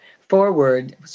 forward